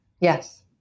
Yes